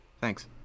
thanks